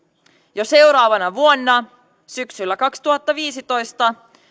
jo seuraavana vuonna syksyllä kaksituhattaviisitoista